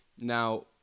Now